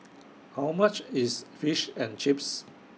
How much IS Fish and Chips